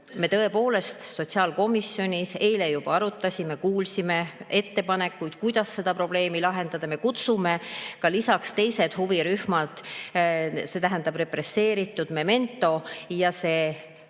me tõepoolest sotsiaalkomisjonis eile arutasime ja kuulsime ettepanekuid, kuidas seda probleemi lahendada. Me kutsume lisaks teised huvirühmad, see tähendab represseeritud, näiteks Memento.